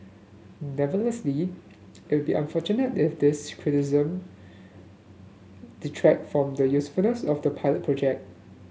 nonetheless it will be unfortunate if these criticism detract from the usefulness of the pilot project